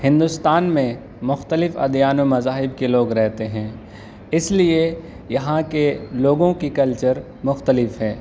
ہندوستان میں مختلف ادیان و مذاہب کے لوگ رہتے ہیں اس لیے یہاں کے لوگوں کی کلچر مختلف ہے